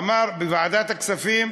אמר בוועדת הכספים: